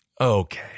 Okay